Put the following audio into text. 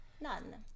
None